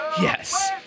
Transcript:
Yes